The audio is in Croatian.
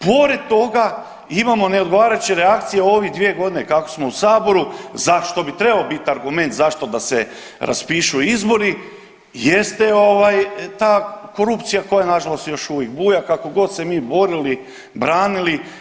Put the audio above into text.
Pored toga, imamo neodgovarajuće reakcije u ovih dvije godine kako smo u saboru zašto bi trebao biti argument zašto da se raspišu izbori jeste ta korupcija koja nažalost još uvijek buja kakogod se mi borili, branili.